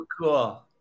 cool